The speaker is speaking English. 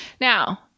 Now